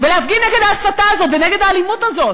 ולהפגין נגד ההסתה הזאת ונגד האלימות הזאת.